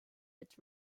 its